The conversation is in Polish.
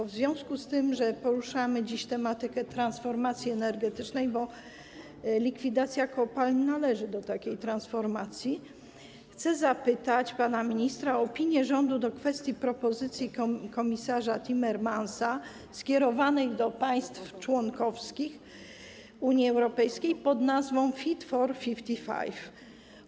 W związku z tym, że poruszamy dziś tematykę transformacji energetycznej, bo likwidacja kopalń należy do takiej transformacji, chcę zapytać pana ministra o opinię rządu odnośnie do kwestii propozycji komisarza Timmermansa skierowanej do państw członkowskich Unii Europejskiej pod nazwą „Fit for 55”